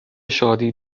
شادی